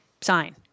Sign